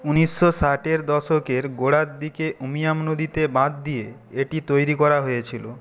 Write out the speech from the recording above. ঊনিশশো ষাটের দশকের গোড়ার দিকে উমিয়াম নদীতে বাঁধ দিয়ে এটি তৈরি করা হয়েছিল